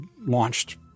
launched